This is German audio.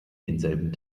denselben